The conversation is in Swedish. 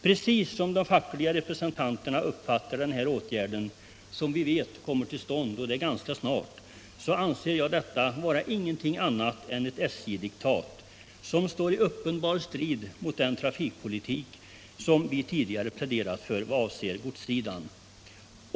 Precis som de fackliga representanterna uppfattar jag den här åtgärden, som vi vet kommer till stånd ganska snart, som ingenting annat än ett SJ-diktat i uppenbar strid med den trafikpolitik som vi tidigare pläderat för vad avser godssidan.